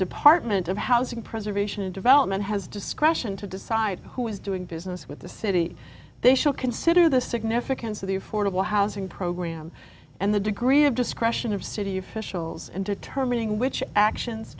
department of housing preservation and development has discretion to decide who is doing business with the city they should consider the significance of the affordable housing program and the degree re of discretion of city officials and determining which actions